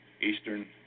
Eastern